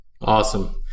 awesome